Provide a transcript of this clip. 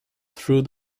through